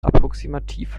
approximativ